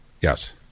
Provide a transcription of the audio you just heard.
Yes